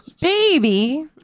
Baby